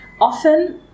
often